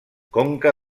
conca